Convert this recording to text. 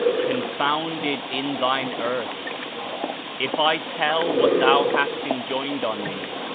confounded in thine earth if i tell what thou hast enjoined on me.